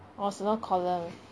orh 是啊 column